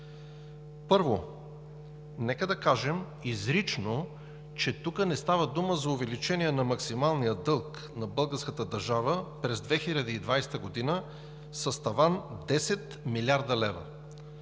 Първо, нека да кажем изрично, че тук не става дума за увеличение на максималния дълг на българската държава през 2020 г. с таван 10 млрд. лв.